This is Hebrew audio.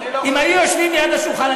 אם היו יושבים ליד השולחן,